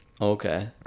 Okay